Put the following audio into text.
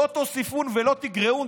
לא תוסיפון ולא תגרעון.